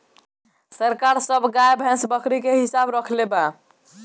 सरकार सब गाय, भैंस, बकरी के हिसाब रक्खले बा